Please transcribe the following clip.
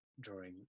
drawing